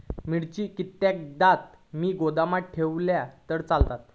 मिरची कीततागत मी गोदामात ठेवलंय तर चालात?